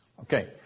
Okay